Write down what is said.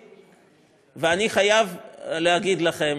ואני חייב להגיד לכם,